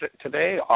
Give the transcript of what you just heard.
today